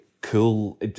cool